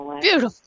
beautiful